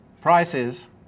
prices